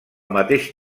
mateix